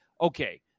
okay